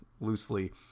loosely